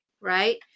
right